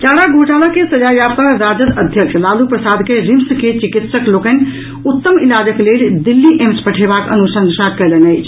चारा घोटाला के सजायाफ्ता राजद अध्यक्ष लालू प्रसाद के रिम्स के चिकित्सक लोकनि उत्तम इलाजक लेल दिल्ली एम्स पठेबाक अनुशंसा कयलनि अछि